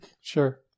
Sure